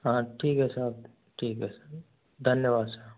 हाँ ठीक है साहब ठीक है धन्यवाद सर